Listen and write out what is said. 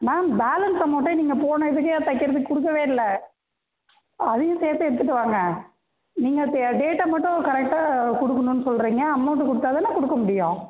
ma'am balance அமௌண்ட்டே நீங்கள் போன இதுக்கே தைக்கிறதுக்கு கொடுக்கவே இல்லை அதையும் சேர்த்து எடுத்துகிட்டு வாங்க நீங்கள் தே டேட்டை மட்டும் கரெக்டாக கொடுக்கணுன்னு சொல்லுறீங்க அமௌண்டு கொடுத்தா தானே கொடுக்க முடியும்